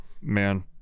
man